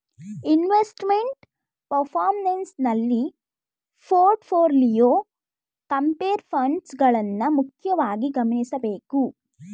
investment performance ನಲ್ಲಿ portfolio, compare funds ಗಳನ್ನ ಮುಖ್ಯವಾಗಿ ಗಮನಿಸಬೇಕು